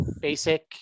basic